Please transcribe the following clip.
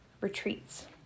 retreats